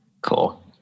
Cool